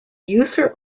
user